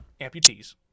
amputees